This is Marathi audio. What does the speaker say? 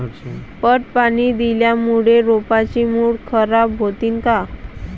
पट पाणी दिल्यामूळे रोपाची मुळ खराब होतीन काय?